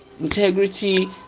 integrity